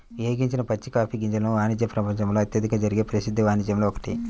వేగించని పచ్చి కాఫీ గింజల వాణిజ్యము ప్రపంచంలో అత్యధికంగా జరిగే ప్రసిద్ధ వాణిజ్యాలలో ఒకటి